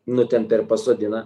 nutempia ir pasodina